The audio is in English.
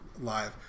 live